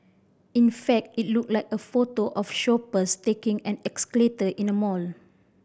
in fact it looked like a photo of shoppers taking an in a mall